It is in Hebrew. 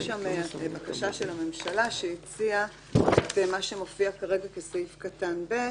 יש שם בקשה של הממשלה שהציעה מה שמופיע כרגע כסעיף קטן (ב):